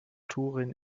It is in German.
turin